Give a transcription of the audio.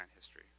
history